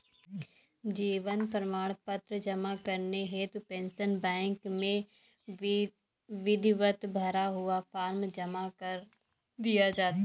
जीवन प्रमाण पत्र जमा करने हेतु पेंशन बैंक में विधिवत भरा हुआ फॉर्म जमा कर दिया जाता है